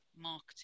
marketing